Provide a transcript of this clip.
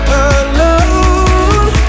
alone